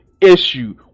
issue